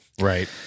Right